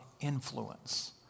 influence